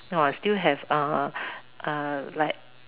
!wah! still have uh like